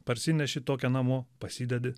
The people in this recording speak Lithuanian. parsineši tokią namo pasidedi